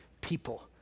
people